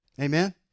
Amen